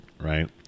right